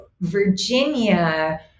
Virginia